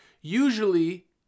usually